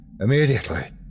Immediately